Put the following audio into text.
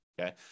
Okay